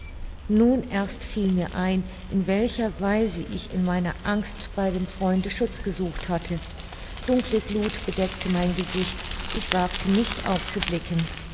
nun erst fiel mir ein in welcher weise ich in meiner angst bei dem freunde schutz gesucht hatte dunkle gluth bedeckte mein gesicht ich wagte nicht aufzublicken